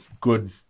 good